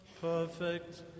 perfect